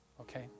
Okay